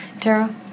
Tara